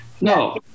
no